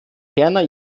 ferner